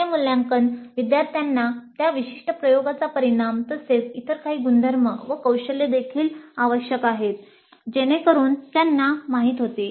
हे मूल्यांकन विद्यार्थ्यांना त्या विशिष्ट प्रयोगाचा परिणाम तसेच इतर काही गुणधर्म व कौशल्ये देखील आवश्यक आहेत जेणेकरून त्यांना माहित होते